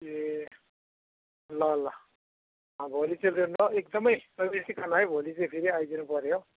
ए ल ल भोलि चाहिँ न एकदमै नबिर्सिकन है भोलि चाहिँ फेरि आइदिनु पऱ्यो